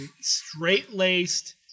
straight-laced